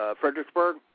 Fredericksburg